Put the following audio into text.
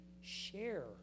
share